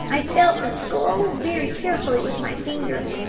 i felt the skull very carefully with my finger.